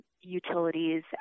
utilities